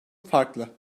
farklı